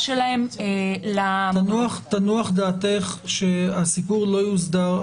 שלהן --- תנוח דעתך שהסיפור לא יוסדר,